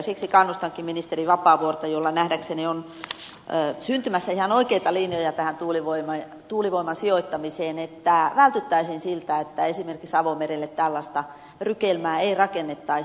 siksi kannustankin ministeri vapaavuorta jolla nähdäkseni on syntymässä ihan oikeita linjoja tähän tuulivoiman sijoittamiseen että vältyttäisiin siltä että esimerkiksi avomerelle tällaista rykelmää ei rakennettaisi